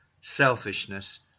selfishness